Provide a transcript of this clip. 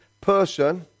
person